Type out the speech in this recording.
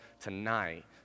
tonight